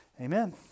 Amen